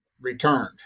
returned